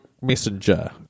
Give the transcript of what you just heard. Messenger